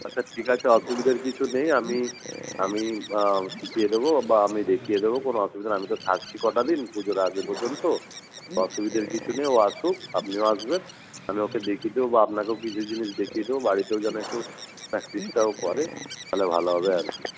আচ্ছা ঠিক আছে অসুবিধার কিছু নেই আমি আমি শিখিয়ে দেবো বা আমি দেখিয়ে দেবো কোনো অসুবিধা আমি তো থাকছি কটা দিন পুজোর আগে পর্যন্ত অসুবিধের কিছু নেই ও আসুক আপনিও আসবেন আমি ওকে দেখিয়ে দেবো বা আপনাকেও কিছু জিনিস দেখিয়ে দেবো বাড়িতেও যেন একটু প্র্যাকটিসটা ও করে তাহলে ভালো হবে আর কি